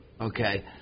Okay